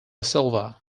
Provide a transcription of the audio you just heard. silva